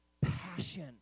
passion